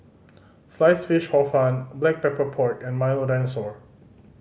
Sliced Fish Hor Fun Black Pepper Pork and Milo Dinosaur